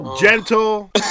gentle